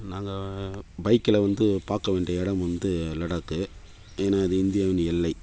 நாங்கள் பைக்கில் வந்து பார்க்க வேண்டிய இடம் வந்து லடாக்கு ஏன்னா இது இந்தியாவின் எல்லை